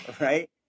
right